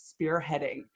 spearheading